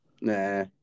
Nah